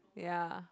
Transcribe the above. ya